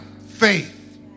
faith